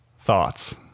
thoughts